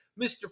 Mr